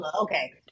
Okay